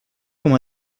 com